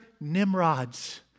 Nimrods